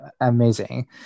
Amazing